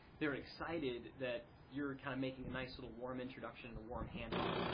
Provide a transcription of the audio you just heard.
they're excited that you're kind of making a nice little warm introduction, a warm hand off.